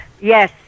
Yes